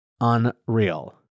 Unreal